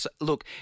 look